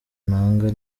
ntanga